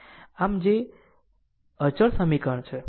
આમ જે અચળ સમીકરણ છે